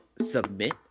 submit